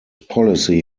policy